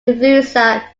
influenza